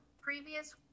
previous